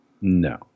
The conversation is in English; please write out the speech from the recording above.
No